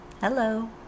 Hello